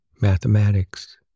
mathematics